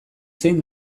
zein